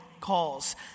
calls